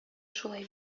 шулай